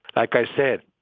like i said,